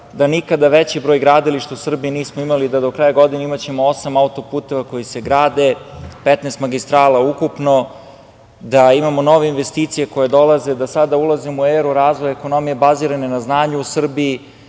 da nikada veći broj gradilišta u Srbiji nismo imali, da do kraja godine ćemo imati osam autoputeva koji se grade, 15 magistrala ukupno, da imamo nove investicije koje dolaze, da sada ulazimo u eru razvoja ekonomije bazirane na znanju u Srbiji,